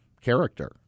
character